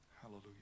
Hallelujah